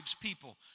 people